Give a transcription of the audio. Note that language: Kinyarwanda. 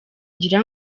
ngira